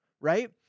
right